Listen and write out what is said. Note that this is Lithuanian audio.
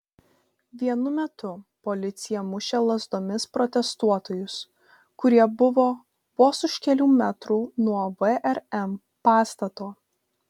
vienu metu policija mušė lazdomis protestuotojus kurie buvo vos už kelių metrų nuo vrm pastato